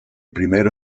primero